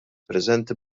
preżenti